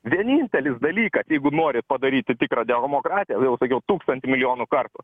vienintelis dalykas jeigu norit padaryti tikrą demokratiją o jau tūkstantį milijonų kartų